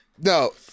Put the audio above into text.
No